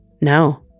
No